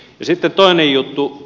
sitten toinen juttu